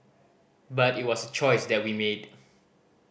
but it was a choice that we made